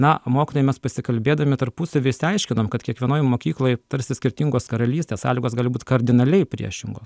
na mokytojai mes pasikalbėdami tarpusavyje išsiaiškinom kad kiekvienoj mokykloj tarsi skirtingos karalystės sąlygos gali būt kardinaliai priešingos